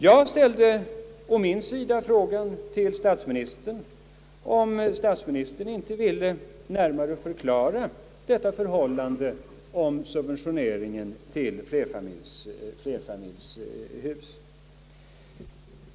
Jag ställde å min sida frågan till statsministern, om statsministern inte ville närmare förklara detta med subventionering till flerfamiljshus.